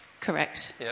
Correct